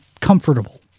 comfortable